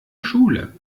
schule